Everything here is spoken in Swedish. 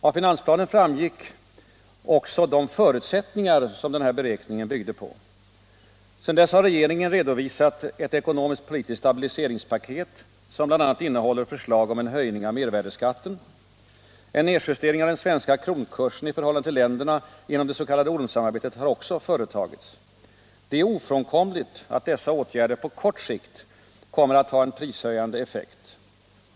Av finansplanen framgick också de förutsättningar som denna beräkning byggde på. Sedan dess har regeringen redovisat ett ekonomiskt-politiskt stabiliseringspaket, som bl.a. innehåller förslag om en höjning av mervärdeskatten. En nedjustering av den svenska kronkursen i förhållande till länderna inom det s.k. ormsamarbetet har också företagits. Det är ofrånkomligt att dessa åtgärder på kort sikt kommer att ha en prishöjande effekt.